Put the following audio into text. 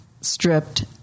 stripped